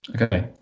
Okay